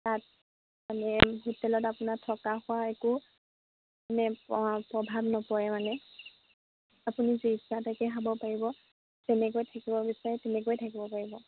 তাত মানে হোটেলত আপোনাৰ থকা খোৱা একো মানে প্ৰভাৱ নপৰে মানে আপুনি যি ইচ্ছা তাকে খাব পাৰিব যেনেকৈ থাকিব বিচাৰে তেনেকৈয়ে থাকিব পাৰিব